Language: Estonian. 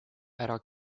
ära